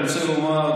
אני רוצה לומר,